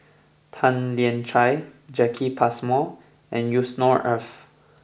Tan Lian Chye Jacki Passmore and Yusnor Ef